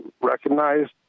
recognized